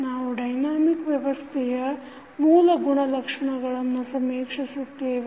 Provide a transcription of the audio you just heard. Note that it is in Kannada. ನಾವು ಡೈನಾಮಿಕ್ ವ್ಯವಸ್ಥೆಯ ಮೂಲ ಗುಣಲಕ್ಷಣಗಳನ್ನು ಸಮೀಕ್ಷಿಸುತ್ತೇವೆ